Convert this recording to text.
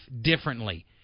differently